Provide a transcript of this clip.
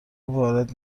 وارد